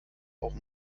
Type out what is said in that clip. auch